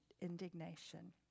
indignation